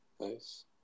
nice